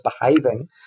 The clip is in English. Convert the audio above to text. behaving